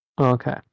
okay